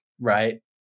right